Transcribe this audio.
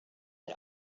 had